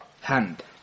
hand